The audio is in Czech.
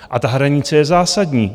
A ta hranice je zásadní.